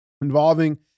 involving